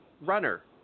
runner